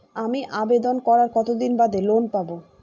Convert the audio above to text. আমি আবেদন করার কতদিন বাদে লোন পাব?